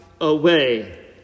away